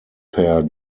per